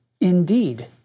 indeed